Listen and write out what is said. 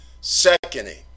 Secondly